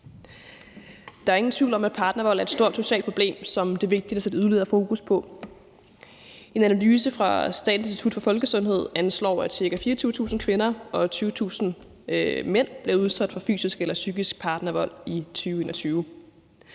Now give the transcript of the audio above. Der er ingen tvivl om, at partnervold er et stort socialt problem, som det er vigtigt at sætte yderligere fokus på. En analyse fra Statens Institut for Folkesundhed anslår, at ca. 24.000 kvinder og 20.000 mænd blev udsat for fysisk eller psykisk partnervold i 2021.